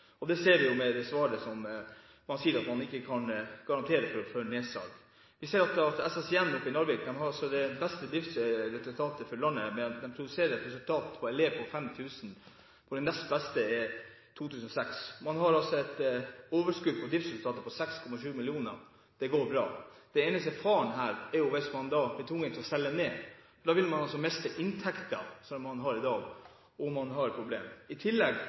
Det ser vi av det svaret der man ikke kan garantere at det ikke blir nedsalg. Vi ser at SSIN i Narvik har det beste driftsresultatet i landet. De produserer et resultat per elev på 5 000 kr, hvor det nest beste er 2 600 kr. Man har altså et overskudd på driftsresultatet på 6,7 mill. kr – det går bra! Den eneste faren er hvis man blir tvunget til å selge ned. Da vil man miste inntekter som man har i dag, og man får et problem. I tillegg